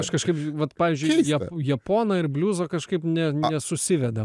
aš kažkaip vat pavyzdžiui japoną ir bliuzą kažkaip ne ne nesusiveda